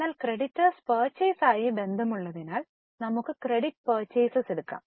എന്നാൽ ക്രെഡിറ്റർസ് പർച്ചേയ്സും ആയി ബന്ധമുള്ളതിനാൽ നമുക്ക് ക്രെഡിറ്റ് പർച്ചെയ്സെസ് എടുക്കാം